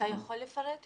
אתה יכול לפרט יותר?